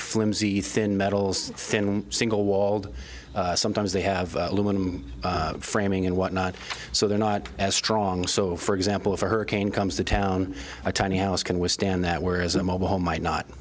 flimsy thin metals thin single walled sometimes they have limited framing and whatnot so they're not as strong so for example if a hurricane comes to town a tiny house can withstand that whereas a mobile home might not